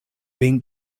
being